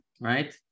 right